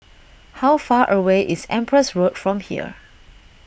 how far away is Empress Road from here